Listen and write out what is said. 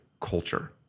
culture